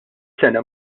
sena